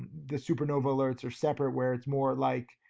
the supernova alerts are separate where it's more like,